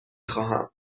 خواهم